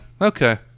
Okay